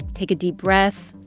take a deep breath.